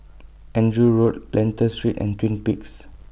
Andrew Road Lentor Street and Twin Peaks